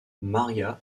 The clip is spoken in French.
maria